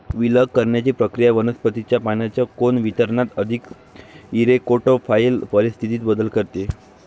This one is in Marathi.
विलग करण्याची प्रक्रिया वनस्पतीच्या पानांच्या कोन वितरणात अधिक इरेक्टोफाइल परिस्थितीत बदल करते